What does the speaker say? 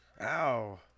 Ow